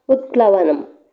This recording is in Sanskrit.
उत्प्लवनम्